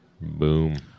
Boom